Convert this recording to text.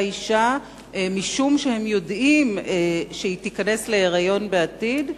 אשה משום שהם יודעים שהיא תיכנס להיריון בעתיד,